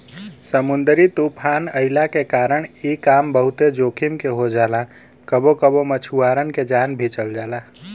समुंदरी तूफ़ान अइला के कारण इ काम बहुते जोखिम के हो जाला कबो कबो मछुआरन के जान भी चल जाला